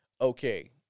okay